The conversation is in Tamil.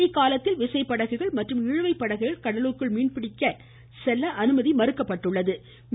இக்காலத்தில் விசைப்படகுகள் மற்றும் இழுவை படகுகள் கடலுக்குள் மீன்பிடிக்க செல்ல அனுமதி கிடையாது